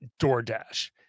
DoorDash